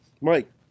Mike